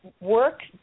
work